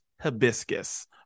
Hibiscus